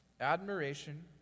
Admiration